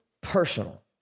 personal